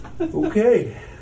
Okay